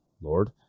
Lord